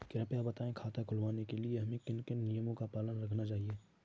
कृपया बताएँ खाता खुलवाने के लिए हमें किन किन नियमों का पालन करना चाहिए?